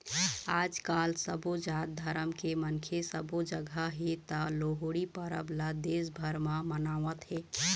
आजकाल सबो जात धरम के मनखे सबो जघा हे त लोहड़ी परब ल देश भर म मनावत हे